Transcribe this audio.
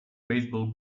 baseball